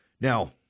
Now